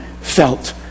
felt